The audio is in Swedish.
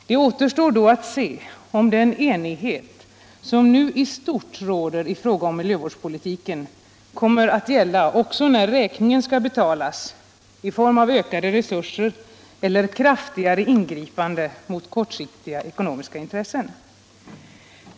Det återstår då att se om den enighet som nu i stort råder i fråga om miljövårdspolitiken kommer att gälla också när räkningen skall betalas i form av ökade resurser eller kraftigare ingripande mot kortsiktiga ekonomiska intressen.